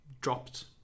dropped